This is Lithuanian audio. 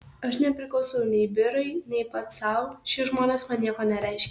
aš nepriklausau nei biurui nei pats sau šie žmonės man nieko nereiškia